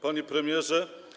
Panie Premierze!